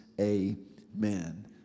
Amen